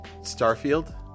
Starfield